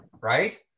right